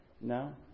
No